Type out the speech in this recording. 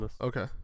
okay